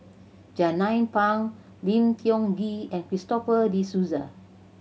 Jernnine Pang Lim Tiong Ghee and Christopher De Souza